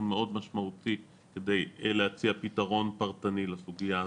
מאוד משמעותי כדי להציע פתרון פרטני לסוגיה הזו.